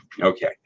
Okay